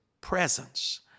presence